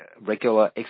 regular